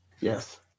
Yes